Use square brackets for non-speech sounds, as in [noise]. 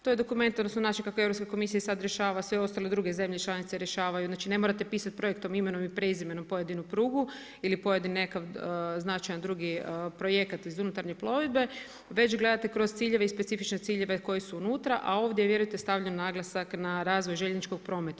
To je dokument, odnosno … [unintelligible] kako Europska komisija sad rješava i sve ostale druge zemlje članice rješavaju, znači ne morate pisati projektom, imenom i prezimenom pojedinu prugu, ili pojedini nekakav značajan drugi projekat iz unutarnje plovidbe, već gledate kroz ciljeve i specifične ciljeve koji su unutra, a ovdje vjerujete stavljen naglasak na razvoj željezničkog prometa.